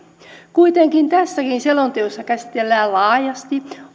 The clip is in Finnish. kuitenkin tässäkin selonteossa käsitellään laajasti